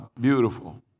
Beautiful